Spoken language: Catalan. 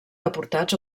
deportats